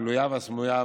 הגלויה והסמויה,